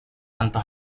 tanto